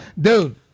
Dude